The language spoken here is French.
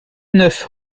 neuf